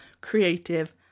creative